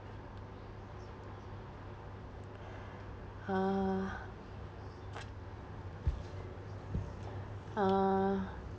uh uh